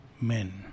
men